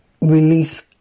release